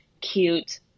cute